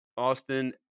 Austin